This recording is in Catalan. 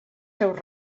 seus